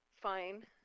fine